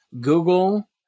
Google